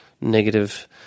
negative